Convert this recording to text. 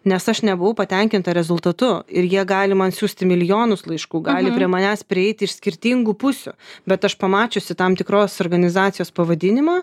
nes aš nebuvau patenkinta rezultatu ir jie gali man siųsti milijonus laiškų gali prie manęs prieit iš skirtingų pusių bet aš pamačiusi tam tikros organizacijos pavadinimą